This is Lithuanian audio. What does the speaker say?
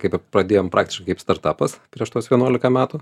kaip pradėjome praktiškai kaip startapas prieš tuos vienuolika metų